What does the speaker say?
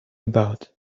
about